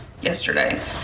yesterday